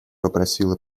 попросила